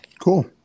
Cool